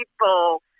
people